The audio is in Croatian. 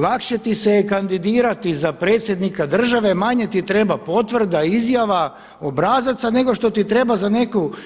Lakše ti se je kandidirati za predsjednika države, manje ti treba potvrda, izjava, obrazaca nego što ti treba